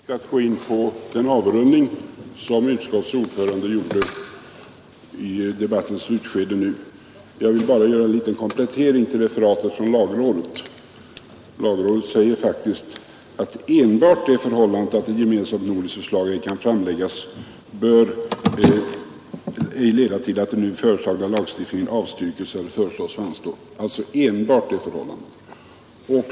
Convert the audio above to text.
Herr talman! Det är självfallet inte min avsikt att gå in på den avrundning som utskottets ordförande gjorde i debattens slutskede. Jag vill bara göra en liten komplettering till referatet från lagrådet. Lagrådet säger faktiskt att enbart det förhållandet att ett gemensamt nordiskt förslag inte kan framläggas inte bör leda till att den nu föreslagna lagstiftningen avstyrks eller föreslås anstå.